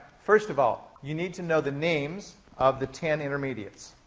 first of all, you need to know the names of the ten intermediates.